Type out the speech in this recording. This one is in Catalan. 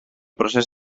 procés